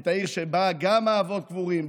את העיר שבה גם האבות קבורים,